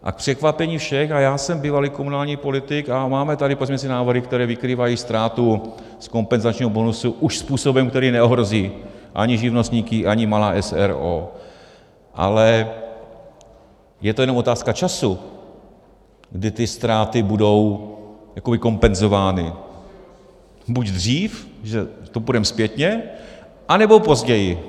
A k překvapení všech, a já jsem bývalý komunální politik, a máme tady pozměňovací návrhy, které vykrývají ztrátu z kompenzačního bonusu už způsobem, který neohrozí ani živnostníky, ani malá s. r. o., ale je to jenom otázka času, kdy ty ztráty budou kompenzovány buď dřív, to půjdeme zpětně, anebo později.